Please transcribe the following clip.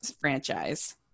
franchise